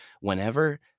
whenever